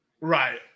Right